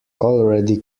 already